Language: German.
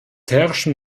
herrschen